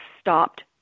stopped